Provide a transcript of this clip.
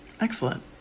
Excellent